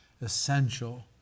essential